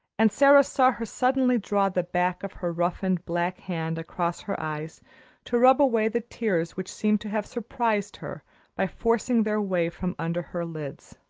and sara saw her suddenly draw the back of her roughened, black hand across her eyes to rub away the tears which seemed to have surprised her by forcing their way from under her lids.